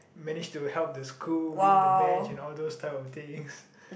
manage to help the school win the match and all those type of things